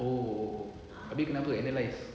oh abeh kena apa analyse